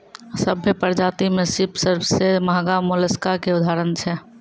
सभ्भे परजाति में सिप सबसें महगा मोलसका के उदाहरण छै